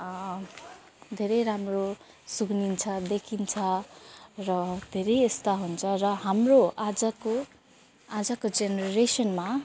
धेरै राम्रो सुनिन्छ देखिन्छ र धेरै यस्ता हुन्छ र हाम्रो आजको आजको जेनरेसनमा